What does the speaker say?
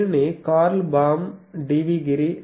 దీనిని Karl Baum డివి గిరిD